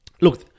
Look